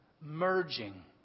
merging